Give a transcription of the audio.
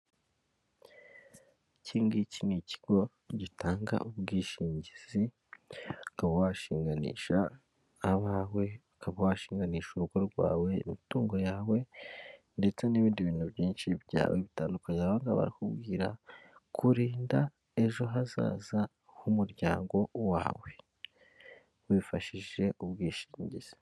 Iki ngiki ni ikigo gitanga ubwishingizi , ukaba washinganisha abawe, ukaba washinganisha urugo rwawe, imitungo yawe, ndetse n'ibindi bintu byinshi byawe bitandukanye, aha ngaha barakubwira kurinda ejo hazaza h'umuryango wawe, wifashishije ubwishingizi.